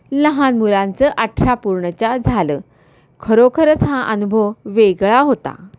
लहान मुलांचं अठरा पूर्णच्या झालं खरोखरच हा अनुभव वेगळा होता